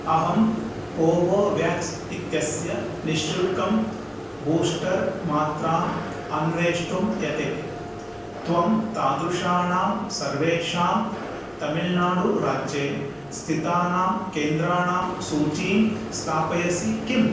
अहं कोवोवेक्स् इत्यस्य निःशुल्कं बूस्टर् मात्राम् अन्वेष्टुं यते त्वं तादृशाणां सर्वेषां तमिल्नाडुराज्ये स्थितानां केन्द्राणां सूचीं स्थापयसि किम्